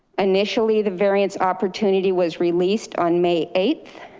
initially the variance opportunity was released on may eighth.